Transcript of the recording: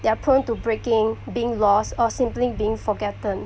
there are prone to breaking being lost or simply being forgotten